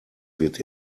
wird